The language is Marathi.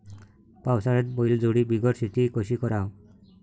पावसाळ्यात बैलजोडी बिगर शेती कशी कराव?